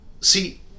see